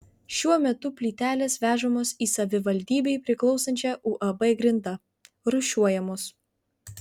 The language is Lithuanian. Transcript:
šiuo metu plytelės vežamos į savivaldybei priklausančią uab grinda rūšiuojamos